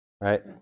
right